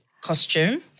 costume